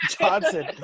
Johnson